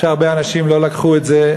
שהרבה אנשים לא לקחו את זה,